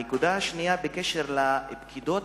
הנקודה השנייה, בקשר לפקידות.